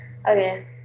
Okay